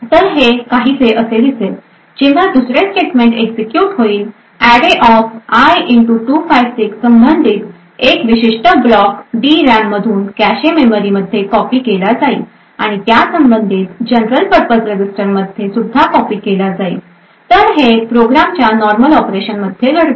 तर हे काहीसे असे दिसेल जेव्हा दुसरे स्टेटमेंट एक्झिक्युट होईलarrayi256 संबंधित एक विशिष्ट ब्लॉक डीरॅम मधून कॅशे मेमरीमध्ये कॉपी केला जाईल आणि त्या संबंधित जनरल पर्पज रजिस्टर मध्ये सुद्धा कॉपी केला जाईल तर हे प्रोग्रामच्या नॉर्मल ऑपरेशन मध्ये घडते